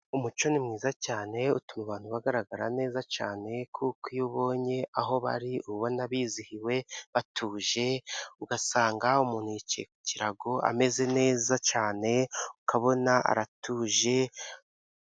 Umuco ni mwiza cyane utuma abantu bagaragara neza cyane kuko iyo ubonye aho bari, uba ubona bizihiwe, batuje, ugasanga umuntu yicaye ku kirago ameze neza cyane, ukabona aratuje.